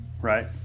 right